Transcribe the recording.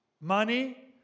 Money